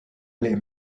les